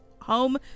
home